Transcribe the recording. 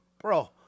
bro